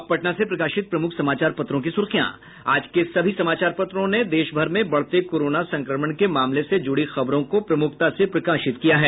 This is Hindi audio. अब पटना से प्रकाशित प्रमुख समाचार पत्रों की सुर्खियां आज के सभी समाचार पत्रों ने देशभर में बढ़ते कोरोना संक्रमण के मामले से जुड़ी खबरों को प्रमुखता से प्रकाशित किया है